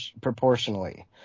Proportionally